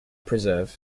preserve